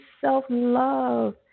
self-love